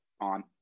on